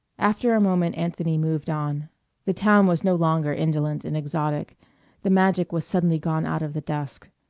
after a moment anthony moved on the town was no longer indolent and exotic the magic was suddenly gone out of the dusk.